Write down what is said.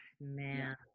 man